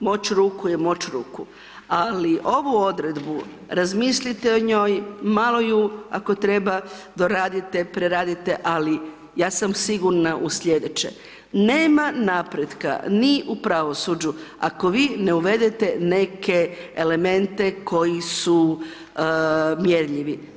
moć ruku je moć ruku, ali ovu Odredbu, razmislite o njoj, malo ju, ako treba doradite, preradite, ali, ja sam sigurna u slijedeće, nema napretka ni u pravosuđu ako vi ne uvedete neke elemente koji su mjerljivi.